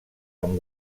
amb